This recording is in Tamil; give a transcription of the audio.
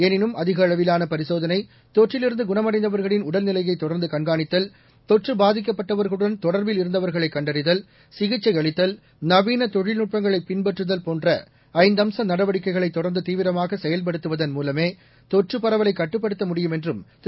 எனினும் அதிகளவிலான பரிசோதனை தொற்றிலிருந்து குணமடைந்தவர்களின் உடல்நிலையை தொடர்ந்து கண்காணித்தல் தொற்று பாதிக்கப்பட்டவர்களுடன் தொடர்பில் சிகிச்சையளித்தல் நவீன தொழில்நுட்பங்களைப் பின்பற்றுதல் போன்ற ஐந்து அம்ச நடவடிக்கைகளை தொடர்ந்து தீவிரமாக செயல்படுத்துவதன் மூலமே தொற்று பரவலைக் கட்டுப்படுத்த முடியும் என்றும் திரு